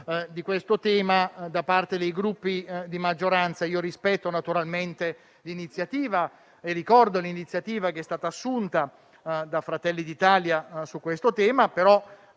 di questo tema da parte dei Gruppi di maggioranza. Rispetto naturalmente e ricordo l'iniziativa che è stata assunta da Fratelli d'Italia sul tema, però,